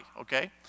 okay